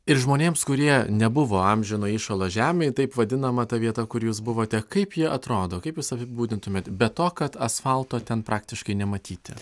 ir žmonėms kurie nebuvo amžino įšalo žemėj taip vadinama ta vieta kur jūs buvote kaip ji atrodo kaip jūs apibūdintumėt be to kad asfalto ten praktiškai nematyti